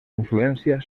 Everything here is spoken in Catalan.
influència